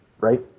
Right